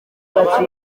benshi